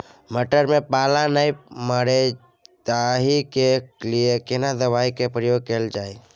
मटर में पाला नैय मरे ताहि के लिए केना दवाई के प्रयोग कैल जाए?